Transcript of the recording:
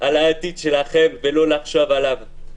על העתיד שלכם ולא לחשוב עליו,